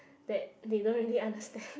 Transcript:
that they don't really understand